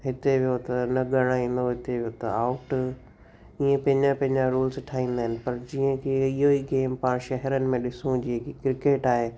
हिते वियो त न ॻणाईंदो हिते वियो त आउट ईअं पंहिंजा पंहिंजा रूल्स ठाहींदा आहिनि पर जीअं की इहो ई गेम पाण शहरनि में ॾिसूं जीअं की क्रिकेट आहे